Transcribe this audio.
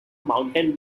mountain